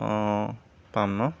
অঁ পাম ন'